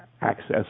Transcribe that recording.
access